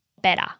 better